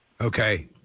Okay